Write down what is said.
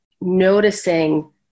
noticing